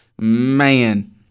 man